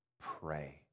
pray